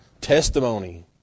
testimony